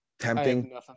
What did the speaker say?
tempting